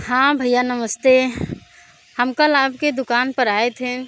हाँ भैया नमस्ते हम कल आपकी दुकान पर आए थे